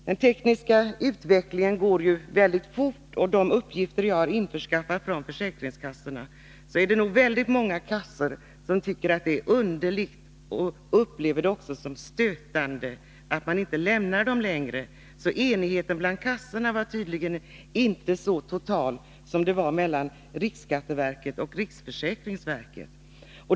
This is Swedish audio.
Den tekniska utvecklingen går ju fort, och att döma av de upplysningar jag har införskaffat från försäkringskassorna är det nog väldigt många kassor som tycker att det är underligt och upplever det som stötande att man inte längre lämnar dessa uppgifter. Enigheten bland kassorna var tydligen inte så total som den mellan riksskatteverket och riksförsäkringsverket.